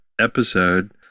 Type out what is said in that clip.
episode